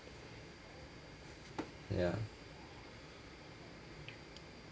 ya